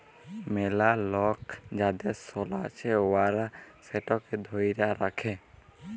ম্যালা লক যাদের সলা আছে উয়ারা সেটকে ধ্যইরে রাখে